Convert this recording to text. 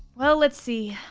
well, let's see.